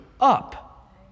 up